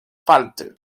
parte